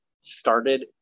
started